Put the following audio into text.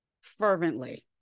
fervently